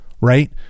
right